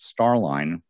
Starline